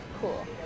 cool